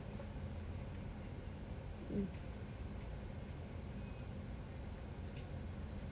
mm